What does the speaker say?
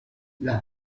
las